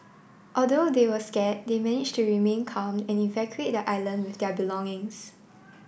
although they were scared they managed to remain calm and evacuate the island with their belongings